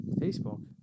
Facebook